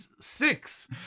six